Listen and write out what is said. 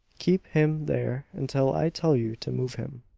keep him there until i tell you to move him.